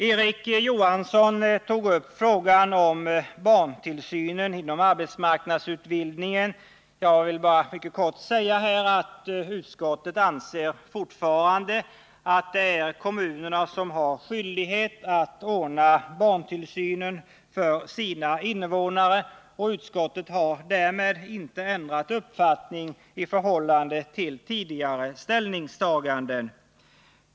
Erik Johansson tog upp frågan om barntillsynen inom arbetsmarknadsutbildningen. Jag vill bara mycket kort säga att utskottet fortfarande anser att det är kommunerna som har skyldighet att ordna barntillsynen för sina invånare. Utskottet har därmed inte ändrat uppfattning i förhållande till tidigare ställningstaganden.